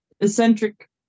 eccentric